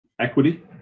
equity